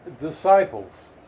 disciples